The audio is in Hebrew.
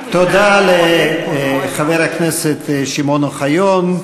תודה לחבר הכנסת שמעון אוחיון.